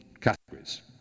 categories